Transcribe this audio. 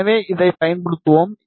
எனவே இதைப் பயன்படுத்துவோம்